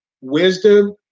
Wisdom